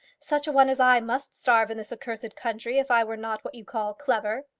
such a one as i must starve in this accursed country, if i were not what you call, clever.